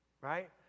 right